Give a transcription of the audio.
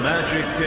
Magic